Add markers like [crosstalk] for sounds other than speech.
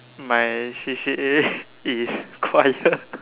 my C_C_A is choir [laughs]